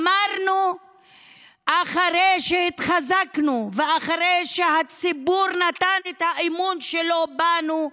אמרנו אחרי שהתחזקנו ואחרי שהציבור נתן את האמון שלו בנו: